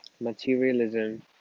materialism